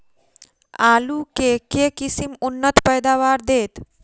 आलु केँ के किसिम उन्नत पैदावार देत?